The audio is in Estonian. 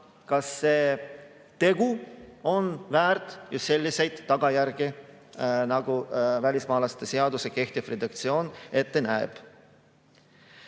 kas see tegu on väärt just selliseid tagajärgi, nagu välismaalaste seaduse kehtiv redaktsioon ette